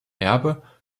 erbe